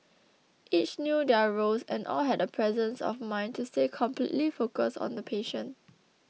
each knew their roles and all had the presence of mind to stay completely focused on the patient